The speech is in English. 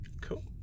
Cool